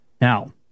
Now